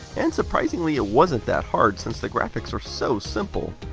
and surprisingly it wasn't that hard since the graphics are so simple.